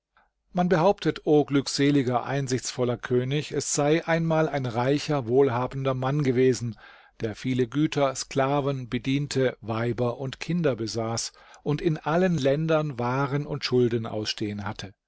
man behauptet o glückseliger einsichtsvoller könig es sei einmal ein reicher wohlhabender mann gewesen der viele güter sklaven bediente weiber und kinder besaß und in allen ländern waren und schulden ausstehen hatte